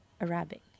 Arabic